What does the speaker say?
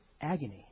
agony